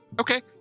Okay